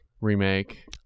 remake